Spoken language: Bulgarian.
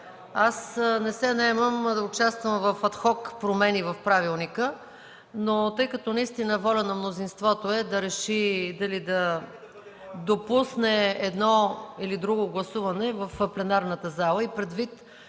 Аз не се наемам да участвам в ад хок промени в правилника. Тъй като воля на мнозинството е да реши дали да допусне едно или друго гласуване в пленарната зала, предвид